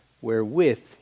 wherewith